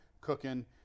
cooking